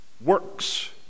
works